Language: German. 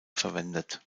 verwendet